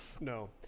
No